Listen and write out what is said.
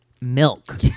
milk